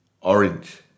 Orange